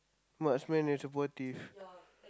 marksman and supportive